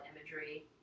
imagery